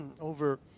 over